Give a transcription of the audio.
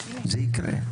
זה יקרה.